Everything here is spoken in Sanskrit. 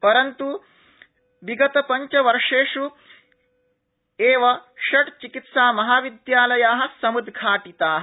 परंत् विगतपञ्चवर्षेष् एवं षड् चिकित्सामहाविद्यालया समुद्रघाटिता